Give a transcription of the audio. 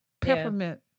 Peppermint